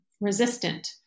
resistant